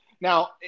Now